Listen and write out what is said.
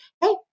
hey